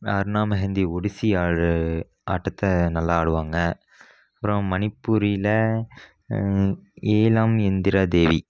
அருணா மெஹந்தி ஒடிசி ஆட்டத்தை நல்லா ஆடுவாங்க அப்புறம் மணிப்பூரில் ஈலம் இந்திரா தேவி